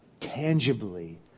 tangibly